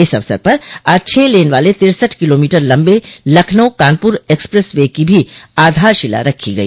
इस अवसर पर आज छह लेन वाले तिरसठ किलोमीटर लम्बे लखनऊ कानपुर एक्सप्रेस वे की भी आधारशिला रखी गई